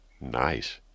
Nice